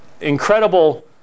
incredible